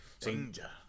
Danger